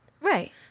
Right